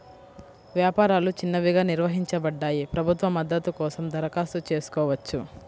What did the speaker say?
వ్యాపారాలు చిన్నవిగా నిర్వచించబడ్డాయి, ప్రభుత్వ మద్దతు కోసం దరఖాస్తు చేసుకోవచ్చు